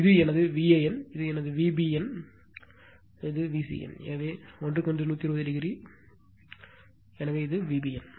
இது எனது Van இது எனது விபிஎன் இது எனது Vcn எனவே இது ஒன்றுக்கொன்று 120 எனவே இது விபிஎன்